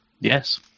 Yes